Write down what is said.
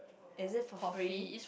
is it for free